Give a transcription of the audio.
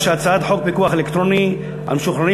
ההצעה להעביר את הצעת חוק פיקוח אלקטרוני על משוחררים